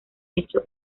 hecho